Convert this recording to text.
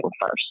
first